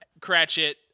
Cratchit